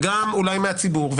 וגם אולי מהציבור,